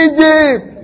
Egypt